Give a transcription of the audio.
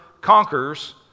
conquers